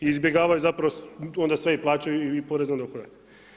I izbjegavaju zapravo, onda sve i plaćaju i porez na dohodak.